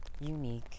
unique